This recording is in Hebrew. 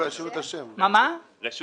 השם מרשות